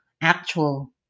actual